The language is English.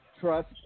trust